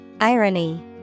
Irony